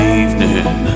evening